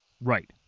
Right